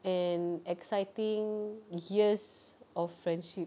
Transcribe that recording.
and exciting years of friendship